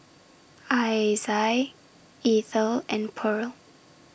Isai Ethyl and Purl